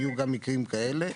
היו גם מקרים כאלה.